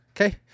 Okay